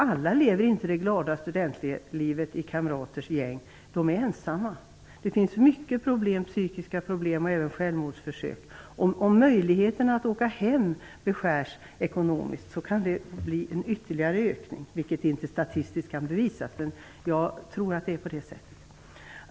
Alla lever inte det glada studentlivet i kamraters gäng. Många är ensamma. Det finns många som har psykiska problem - även självmordsförsök förekommer. Om möjligheten att åka hem beskärs kan det innebära en ytterligare ökning av problemen, vilket statistiskt inte kan bevisas men jag tror att det är så.